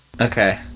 Okay